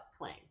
claim